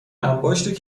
انباشت